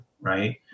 right